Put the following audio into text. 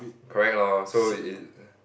correct lor so it it